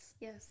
Yes